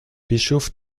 bischof